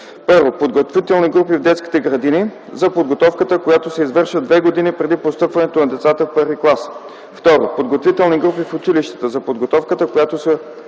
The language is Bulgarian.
в: 1. подготвителни групи в детските градини – за подготовката, която се извършва две години преди постъпването на децата в първи клас; 2. подготвителни групи в училищата – за подготовката, която се